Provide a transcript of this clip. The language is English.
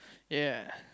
ya